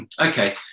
Okay